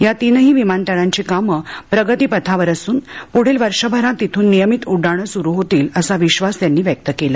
या तीनही विमानतळांची कामे प्रगतीपथावर असून पुढील वर्षभरात तिथून नियमित उड्डाणं सुरू होतील असा विश्वास त्यांनी व्यक्त केला